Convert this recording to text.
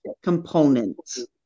components